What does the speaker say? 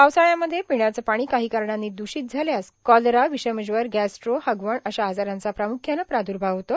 पावसाळ्यामध्ये पिण्याचे पाणी काही कारणानी द्रषित झाल्यास कॉलरी विषमज्वर गॅस्ट्रो हगवण अशा आजारांचा प्रामुख्याने प्रादूर्भाव होतो